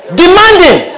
demanding